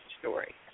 story